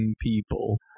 people